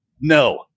no